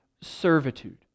servitude